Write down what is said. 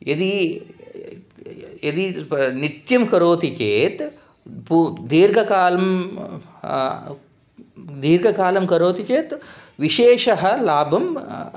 यदि यदि नित्यं करोति चेत् पू दीर्घकालं दीर्घकालं करोति चेत् विशेषः लाभः